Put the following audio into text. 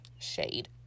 Shade